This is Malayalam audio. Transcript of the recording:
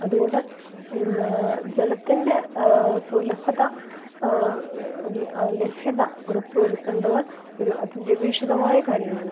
അതുകൊണ്ട് ജലത്തിൻ്റെ സുലഭത ലഭ്യത ഉറപ്പു വരുത്തേണ്ടത് ഒരു അത്യന്ത്യാപേക്ഷിതമായ കാര്യമാണ്